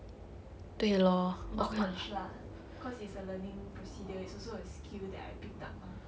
not much lah cause it's a learning procedure it's also a skill that I picked up mah